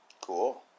Cool